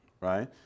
right